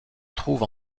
trouve